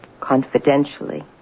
confidentially